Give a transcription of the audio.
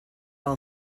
all